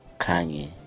Kanye